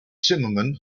zimmerman